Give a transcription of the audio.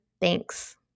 Thanks